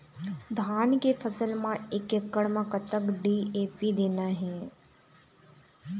धान के फसल म एक एकड़ म कतक डी.ए.पी देना ये?